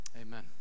Amen